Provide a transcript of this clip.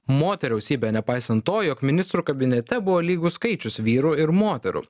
moteriausybe nepaisant to jog ministrų kabinete buvo lygus skaičius vyrų ir moterų